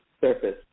surface